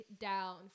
down